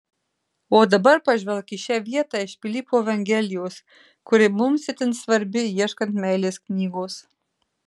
o dabar pažvelk į šią vietą iš pilypo evangelijos kuri mums itin svarbi ieškant meilės knygos